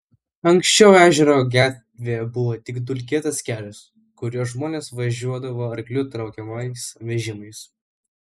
anksčiau ežero gatvė buvo tik dulkėtas kelias kuriuo žmonės važiuodavo arklių traukiamais vežimais